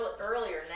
earlier